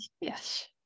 Yes